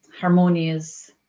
harmonious